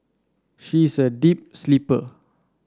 she is a deep sleeper